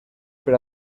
per